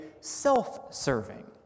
self-serving